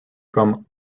from